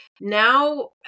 now